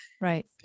right